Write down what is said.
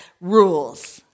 rules